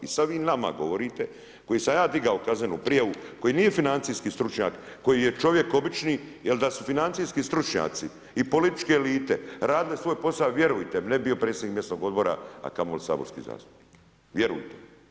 I sada vi nama govorite koji sam ja digao kaznenu prijavu koji nije financijski stručnjak, koji je čovjek obično jel da su financijski stručnjaci i političke elite radile svoj posao vjerujte mi ne bi bio predsjednik mjesnog odbora, a kamoli saborski zastupnik, vjerujte.